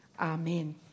Amen